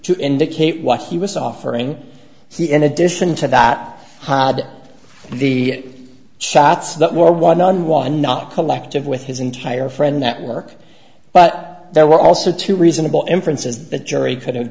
to indicate what he was offering he in addition to that had the shots not more one on one not collective with his entire friend that work but there were also two reasonable inferences the jury could have